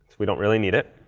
we don't really need it.